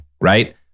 Right